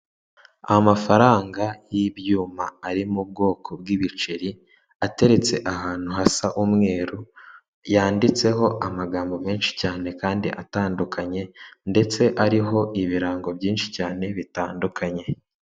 Amafaranga y'ibyuma ari mu bwoko bw'ibiceri ateretse ahantu hasa umweru yanditseho amagambo menshi cyane kandi atandukanye ndetse ariho ibirango byinshi cyane bitandukanye.